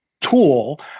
tool